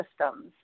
systems